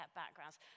backgrounds